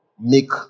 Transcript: make